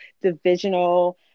divisional